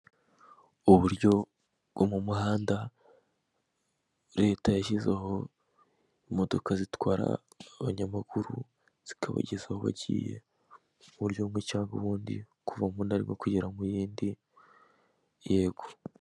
Uburyo bwo mu muhanda, Leta yashyizeho imodoka zitwara abanyamaguru zikabageza aho bagiye mu buryo bumwe cyangwa ubundi, kuva mu ntara imwe ukagera mu yindi, yego.